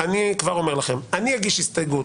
אני אגיש הסתייגות